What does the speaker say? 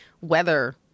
weather